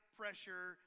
pressure